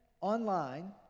online